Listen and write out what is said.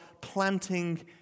planting